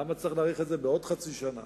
למה צריך להאריך את זה בעוד חצי שנה?